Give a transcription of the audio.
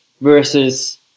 versus